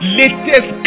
latest